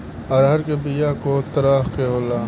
अरहर के बिया कौ तरह के होला?